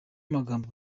amagambo